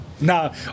No